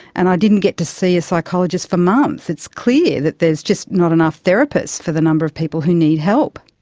and i didn't get to see a psychologist for months. it's clear that there's just not enough therapists for the number of people who need help.